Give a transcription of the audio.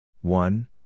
one